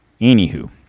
anywho